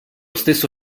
stesso